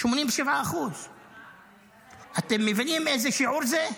87%. אתם מבינים איזה שיעור זה?